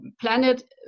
planet